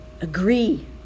Agree